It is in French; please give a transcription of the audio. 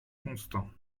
constant